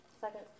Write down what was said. Second